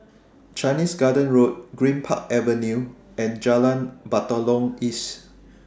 Chinese Garden Road Greenpark Avenue and Jalan Batalong East